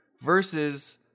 Versus